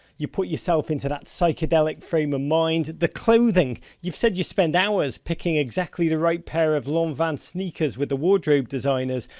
you put yourself into that psychedelic frame of mind. the clothing, you said you spend hours picking exactly the right pair of long vans sneakers with the wardrobe designers.